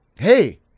hey